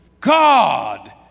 God